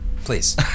please